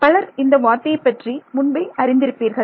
பலர் இந்த வார்த்தையைப் பற்றி முன்பே அறிந்திருப்பீர்கள்